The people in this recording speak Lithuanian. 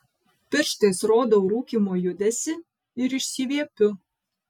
pirštais rodau rūkymo judesį ir išsiviepiu